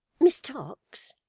miss tox,